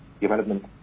development